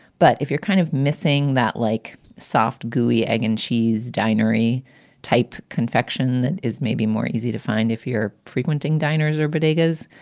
but if you're kind of missing that, like soft, gooey egg and cheese diary type confection, that is maybe more easy to find. if you're frequenting diners or bodegas